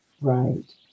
Right